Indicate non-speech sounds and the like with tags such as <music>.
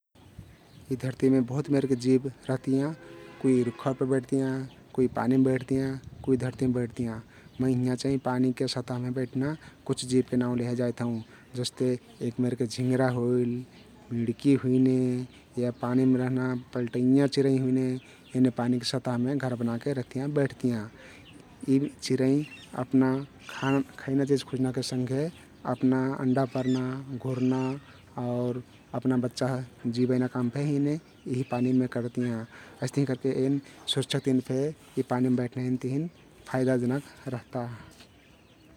यी धरतीमे बहुत मेरके जिव रहतियाँ । कुइ रुख्ख उप्पर बैठतियाँ, कुइ पानीम बैठतियाँ, कुइ धरतिम बैठतियाँ । मई हिंया चाहिं पानीके सतहमे बैठना कुछ जिवके नाउँ लेहे जाइत हउँ । जस्ते एक मेरके झिंगरा होइल, मिड्की हुइने या पानीम रहना पल्टैयाँ चिरैं हुइने, एने पानीक सतहमे घर बनाके रहतियाँ बैठतियाँ । यी चिरैं <noise> अपना खाना <noise> खैना चिझ खुज्नाके संघे अपना अण्डा पर्ना <noise> घुर्ना आउर अपना बच्चा जिबैना काम फे एने यीही पानीमे करतियाँ । अइस्तहिंकरके एन सुरक्षक तहिन फे यी पानीम बैठना एन तहिन फइदाजनक रहता ।